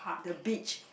the beach